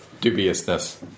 dubiousness